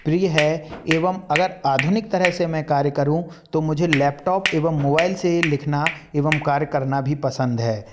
प्रिय है एवं अगर आधुनिक तरह से मैं कार्य करूँ तो मुझे लैपटॉप एवं मोबाईल से लिखना एवं कार्य करना भी पसंद है